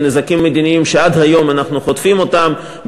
עם נזקים מדיניים שעד היום אנחנו חוטפים אותם,